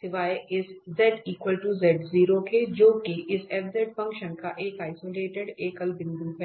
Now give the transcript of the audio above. सिवाय इस के जो कि इस f फ़ंक्शन का एक आइसोलेटेड एकल बिंदु है